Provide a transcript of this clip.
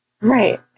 Right